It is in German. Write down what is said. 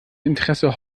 interesse